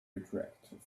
retroactive